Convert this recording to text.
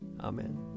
Amen